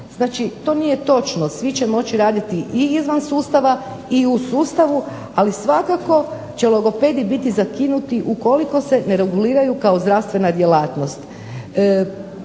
znači to nije točno, svi će moći radit i izvan sustava i u sustavu ali svakako će logopedi biti zakinuti ukoliko se ne reguliraju kao zdravstvena djelatnost.